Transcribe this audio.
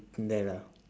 there lah